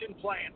plan